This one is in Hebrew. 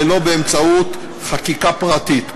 ולא באמצעות חקיקה פרטית.